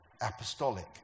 apostolic